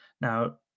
Now